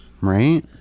Right